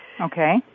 Okay